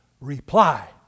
reply